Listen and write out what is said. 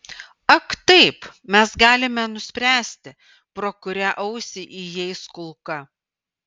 ak taip mes galime nuspręsti pro kurią ausį įeis kulka